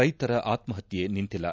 ರೈತರ ಆತ್ಮಹತ್ತೆ ನಿಂತಿಲ್ಲ